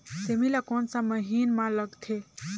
सेमी ला कोन सा महीन मां लगथे?